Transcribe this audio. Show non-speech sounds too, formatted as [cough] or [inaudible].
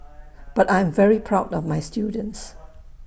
[noise] but I'm very proud of my students [noise]